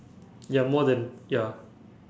ya more than ya